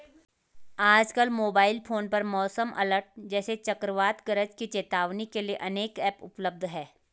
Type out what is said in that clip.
आजकल mobile phone पर मौसम अलर्ट जैसे चक्रवात गरज की चेतावनी के लिए अनेक ऐप उपलब्ध है